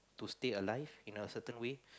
to stay alive in a certain way